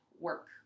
Work